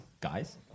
guys